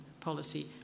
policy